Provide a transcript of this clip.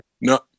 No